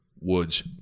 Woods